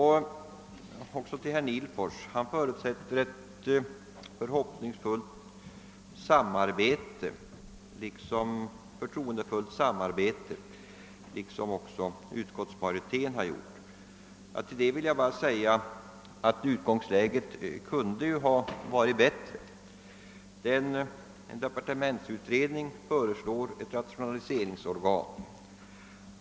Herr Nihlfors för sin del förutsatte, liksom utskottsmajoriteten gjort, att det skall bli ett förtroendefullt samarbete. Till det vill jag bara säga att utgångsläget kunde ha varit bättre. Nu har situationen blivit följande. En departementsutredning föreslår inrättande av ett rationaliseringsorgan.